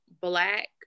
black